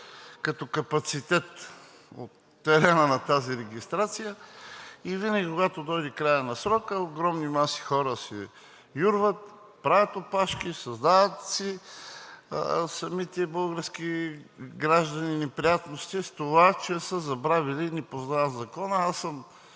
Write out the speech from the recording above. като капацитет от терена на тази регистрация. И винаги когато дойде краят на срока, огромни маси хора се юрват, правят опашки, самите български граждани си създават неприятности с това, че са забравили и не познават Закона.